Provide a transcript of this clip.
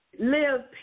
Live